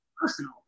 Personal